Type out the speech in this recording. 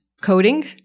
Coding